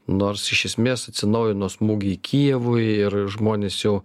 nors iš esmės atsinaujino smūgiai kijevui ir žmonės jau